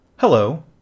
Hello